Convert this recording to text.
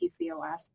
PCOS